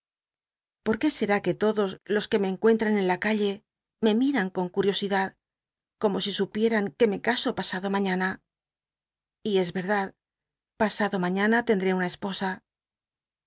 por qué scr l que todos los que me encuentran en la calle me miran con cul'iosidad como si supietan que me caso pasado maiíana y es verdad pasado maiíana tenc ré una coposa